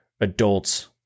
adults